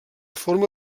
forma